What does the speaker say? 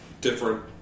different